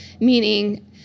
meaning